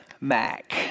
Mac